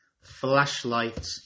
Flashlight